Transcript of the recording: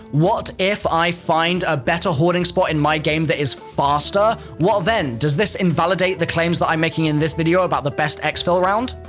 what if i find a better hoarding spot in my game that is faster? what then? does this invalidate the claims that i'm making in this video about the best exfil round?